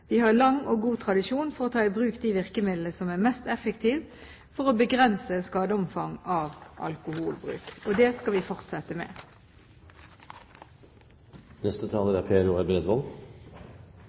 Vi har lang og god tradisjon for å ta i bruk de virkemidlene som er mest effektive for å begrense skadeomfanget av alkoholforbruk. Det skal vi fortsette med. Neste taler